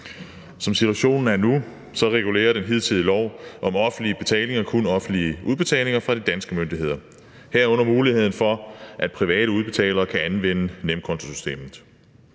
Som situationen er nu, regulerer den hidtidige lov om offentlige betalinger kun offentlige udbetalinger fra de danske myndigheder, herunder muligheden for, at private udbetalere kan anvende nemkontosystemet.